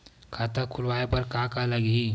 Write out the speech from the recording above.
खाता खुलवाय बर का का लगही?